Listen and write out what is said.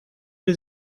les